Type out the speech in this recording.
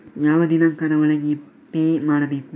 ಯಾವ ದಿನಾಂಕದ ಒಳಗೆ ಪೇ ಮಾಡಬೇಕು?